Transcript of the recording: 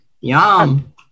Yum